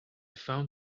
found